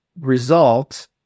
result